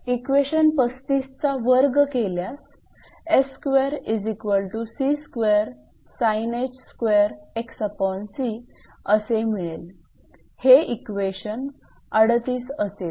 equation 35 चा वर्ग केल्यास असे मिळेल हे इक्वेशन 38 असेल